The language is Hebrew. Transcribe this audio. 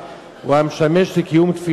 התשס"ט 2009. בפקודת מסי העירייה